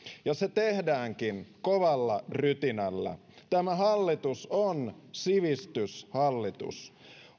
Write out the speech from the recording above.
se tehdäänkin kovalla rytinällä tämä hallitus on sivistyshallitus